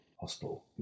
hospital